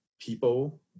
people